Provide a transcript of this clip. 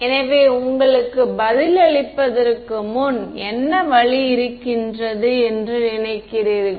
எனவே உங்களுக்கு பதில் அளிப்பதற்கு முன் என்ன வழி இருக்கின்றது என்று நினைக்கிறீர்கள்